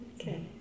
Okay